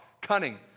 cunning